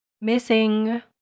missing